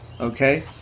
okay